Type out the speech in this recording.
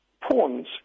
pawns